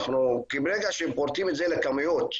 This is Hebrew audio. כי ברגע הם פורטים את זה לכמויות,